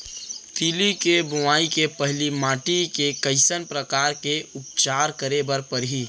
तिलि के बोआई के पहिली माटी के कइसन प्रकार के उपचार करे बर परही?